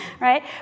right